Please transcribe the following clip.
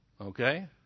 Okay